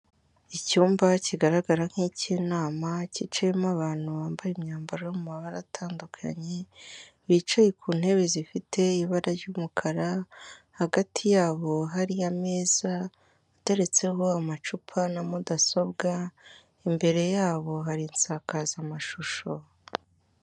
Icyumba kigaragara nk'icy'inama kiciyemo abantu bambaye imyambaro yo mu mabara atandukanye, bicaye ku ntebe zifite ibara ry'umukara, hagati yabo hari ameza, ateretseho amacupa na mudasobwa, imbere yabo hari insakazamashusho.